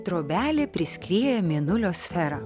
trobelė priskrieja mėnulio sferą